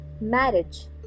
marriage